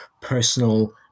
personal